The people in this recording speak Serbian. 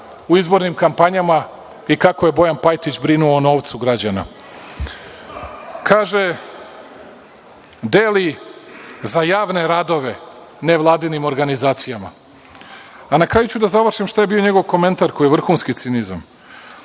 u izbornim kampanjama i kako je Bojan Pajtić brinuo u novcu građana. Kaže, deli za javne radove nevladinim organizacijama. A na kraju ću da završim šta je bio njegovo komentar koji je vrhunski cinizam.